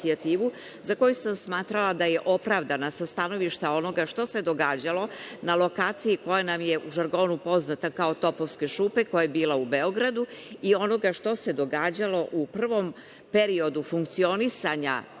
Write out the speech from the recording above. za koju sam smatrala da je opravdana sa stanovništva onoga što se događalo na lokaciji koja nam je u žargonu poznata kao Topovske šupe, koja je bila u Beogradu, i onoga što se događalo u prvom periodu funkcionisanja